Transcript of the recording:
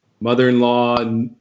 mother-in-law